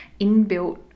inbuilt